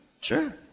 Sure